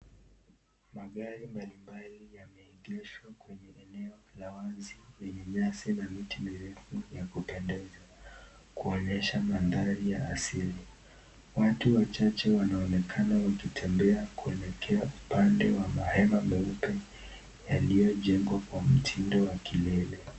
Magari mbalimbali yameegeshwa kwenye eneo la wazi lenye nyasi na miti mirefu ya kutendeza, kuonyesha mandhari ya asili. Watu wachache wanaonekana wakitembea kuelekea upande wa mahema meupe yaliyojengwa kwa mtindo wa kilele.